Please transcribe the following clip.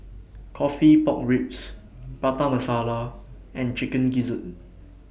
Coffee Pork Ribs Prata Masala and Chicken Gizzard